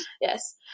yes